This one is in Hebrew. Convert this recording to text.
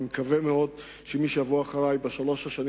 אני מקווה מאוד שמי שיבוא אחרי בשלוש השנים